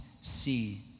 see